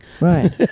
Right